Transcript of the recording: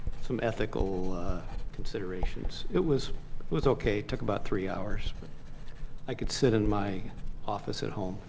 some ethical considerations. it was was okay. it took about three hours. but i could sit in my office at home.